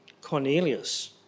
Cornelius